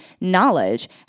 knowledge